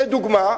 לדוגמה,